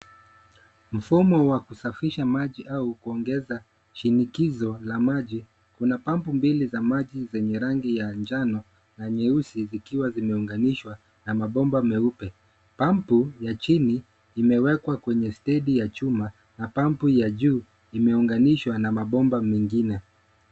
Mfumo wa kusafisha maji au kuongeza shinikizo la maji. Kuna pampu mbili za maji zenye rangi ya njano na nyeusi zikiwa zimeunganishwa na mabomba meupe. Pampu ya chini imewekwa kwenye stendi ya chuma na pampu ya juu imeunganishwa na mabomba mengine.